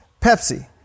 Pepsi